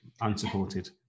unsupported